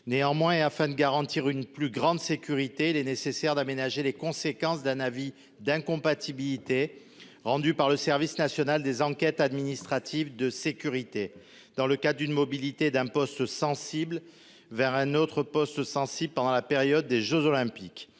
Néanmoins, afin de garantir une plus grande sécurité les nécessaire d'aménager les conséquences d'un avis d'incompatibilité rendue par le Service national des enquêtes administratives de sécurité dans le cas d'une mobilité d'un poste sensible. Vers un autre poste. Pendant la période des Jeux olympiques.